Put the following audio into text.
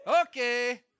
Okay